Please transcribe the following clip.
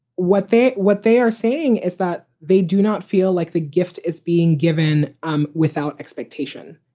what they what they are saying is that they do not feel like the gift is being given um without expectation.